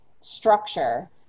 structure